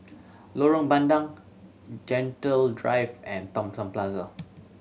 Lorong Bandang Gentle Drive and Thomson Plaza